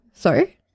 Sorry